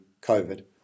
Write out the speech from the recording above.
COVID